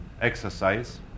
exercise